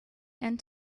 and